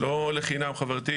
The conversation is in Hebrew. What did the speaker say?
לא לחינם חברתי,